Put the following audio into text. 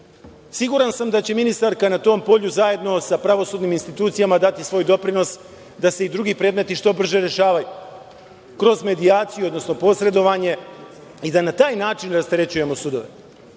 Siguran sam da će ministarka na tom polju, zajedno sa pravosudnim institucijama, dati svoj doprinos da se i drugi predmeti što brže rešavaju, kroz medijaciju, odnosno posredovanje, i da na taj način rasterećujemo sudove